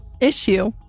issue